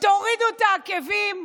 תורידו את העקבים.